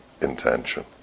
intention